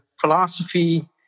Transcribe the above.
philosophy